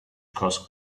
across